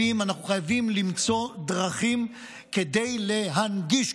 אנחנו חייבים למצוא דרכים כדי להנגיש,